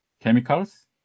chemicals